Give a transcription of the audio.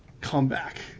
comeback